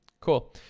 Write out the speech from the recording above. Cool